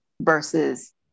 versus